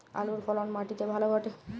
আলুর ফলন মাটি তে ভালো ঘটে?